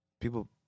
People